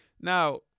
Now